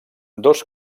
dos